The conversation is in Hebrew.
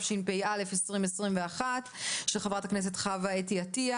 התשפ"א-2021 של חברת הכנסת אתי עטיה,